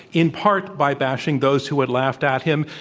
in part, by bashing those who had laughed at him,